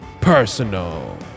personal